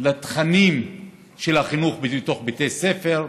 לתכנים של החינוך בתוך בתי הספר.